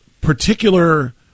particular